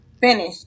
Finish